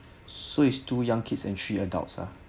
so it's two young kids and three adults ah